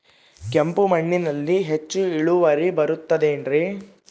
ಕೆಂಪು ಮಣ್ಣಲ್ಲಿ ಹೆಚ್ಚು ಇಳುವರಿ ಬರುತ್ತದೆ ಏನ್ರಿ?